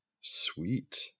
Sweet